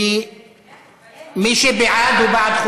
לאיזו ועדה זה יכול להתאים?